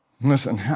Listen